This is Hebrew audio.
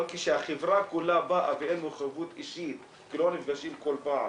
אבל כשהחברה כולה באה ואין מחויבות אישית כי לא נפגשים כל פעם,